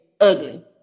ugly